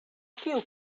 kiu